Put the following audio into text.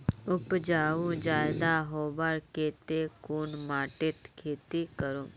उपजाऊ ज्यादा होबार केते कुन माटित खेती करूम?